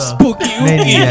Spooky